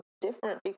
different